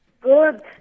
Good